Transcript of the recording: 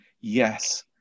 yes